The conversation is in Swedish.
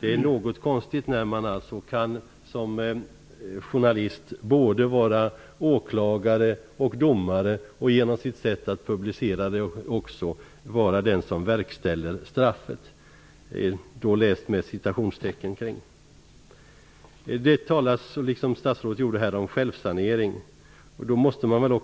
Det är något konstigt att man som journalist både kan vara åklagare och domare och genom sitt sätt att publicera också den som Det talas, även från statsrådet, om självsanering. Då måste man